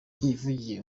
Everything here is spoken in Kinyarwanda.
yivugiye